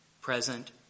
present